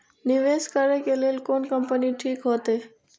निवेश करे के लेल कोन कंपनी ठीक होते?